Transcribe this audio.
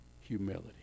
humility